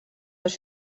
dos